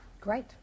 Great